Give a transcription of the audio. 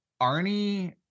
Arnie